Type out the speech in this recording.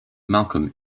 malcolm